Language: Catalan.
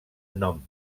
nom